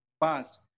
past